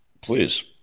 Please